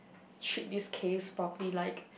treat this case properly like